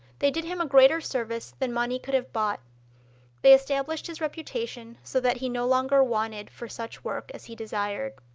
they did him a greater service than money could have bought they established his reputation, so that he no longer wanted for such work as he desired.